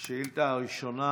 השאילתה הראשונה